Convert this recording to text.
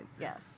Yes